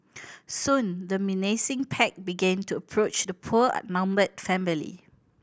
soon the menacing pack began to approach the poor outnumbered family